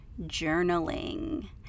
journaling